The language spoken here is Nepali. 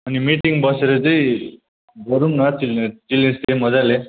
अनि मिटिङ बसेर चाहिँ गरौँ न चिल्ड्रेन्स चिल्ड्रेन्स डे मज्जाले